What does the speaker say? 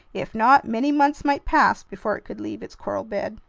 if not, many months might pass before it could leave its coral bed.